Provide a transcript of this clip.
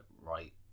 right